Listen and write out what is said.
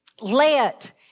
let